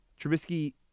trubisky